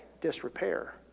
disrepair